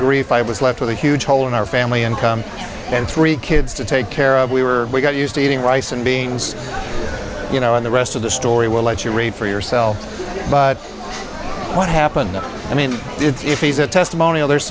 grief i was left with a huge hole in our family income and three kids to take care of we were we got used to eating rice and beans you know and the rest of the story we'll let you read for yourself but what happened i mean if he's a testimonial